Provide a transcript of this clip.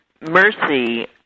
mercy